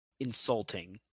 Insulting